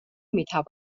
میتوان